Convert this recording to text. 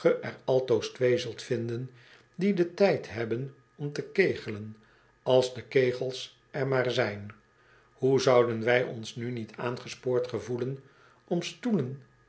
altoos twee zult vinden die den tijd hebben om te kegelen als de kegels er maar zijn hoe zouden wij ons nu niet aangespoord gevoelen om stoelen